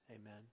amen